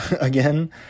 again